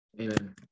Amen